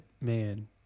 man